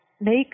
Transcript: make